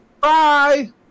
Bye